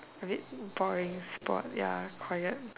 abit boring is bored ya quiet